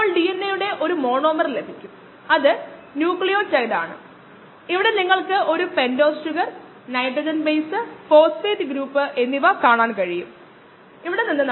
അതിനാൽ ഗവേഷണ തരംഗദൈർഘ്യം 340 നാനോമീറ്ററിൽ പ്രവർത്തിക്കേണ്ടതുണ്ട് വികിരണ തരംഗദൈർഘ്യം 460 നാനോമീറ്ററിൽ അളക്കേണ്ടതുണ്ട്